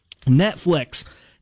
Netflix